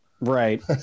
Right